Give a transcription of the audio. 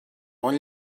bon